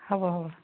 হ'ব হ'ব